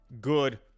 good